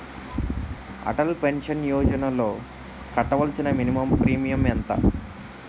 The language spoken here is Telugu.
అటల్ పెన్షన్ యోజనలో కట్టవలసిన మినిమం ప్రీమియం ఎంత?